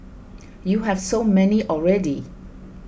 you have so many already